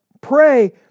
pray